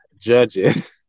judges